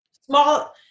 small